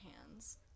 hands